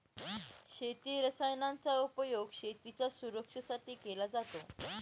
शेती रसायनांचा उपयोग शेतीच्या सुरक्षेसाठी केला जातो